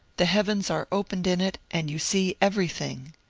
the heavens are opened in it, and you see everything.